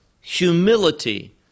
humility